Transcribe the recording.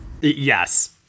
Yes